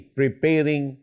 preparing